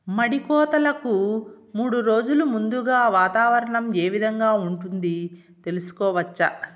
మడి కోతలకు మూడు రోజులు ముందుగా వాతావరణం ఏ విధంగా ఉంటుంది, తెలుసుకోవచ్చా?